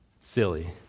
Silly